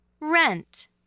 Rent